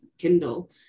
Kindle